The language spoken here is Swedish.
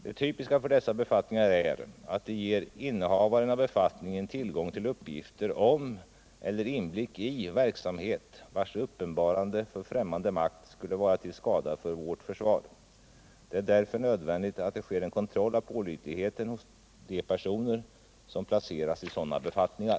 Det typiska för dessa befattningar är att de ger innehavaren av befattningen tillgång till uppgifter om eller inblick i verksamhet vars uppenbarande för främmande makt skulle vara till skada för vårt försvar. Det är därför nödvändigt att det sker en kontroll av pålitligheten hos de personer som placeras i sådana befattningar.